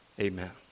amen